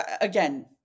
again